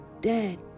dead